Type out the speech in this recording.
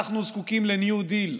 אנחנו זקוקים לניו-דיל.